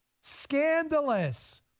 Scandalous